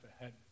ahead